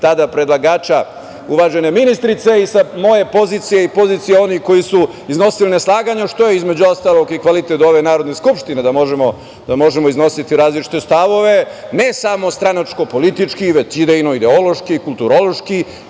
tada predlagača uvažene ministrice, i sa moje pozicije i pozicije onih kojih su iznosili neslaganju što je između ostalog i kvalitet ove Narodne skupštine da možemo iznositi različite stavove, ne samo stranačko politički, već idejno ideološki, kulturološki